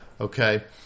okay